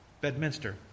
Bedminster